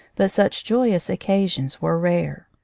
but such joyous occasions were rare.